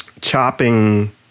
Chopping